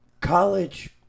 College